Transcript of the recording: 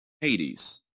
Hades